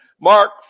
Mark